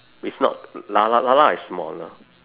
it's not 啦啦啦啦 is smaller